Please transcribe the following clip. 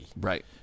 Right